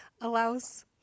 allows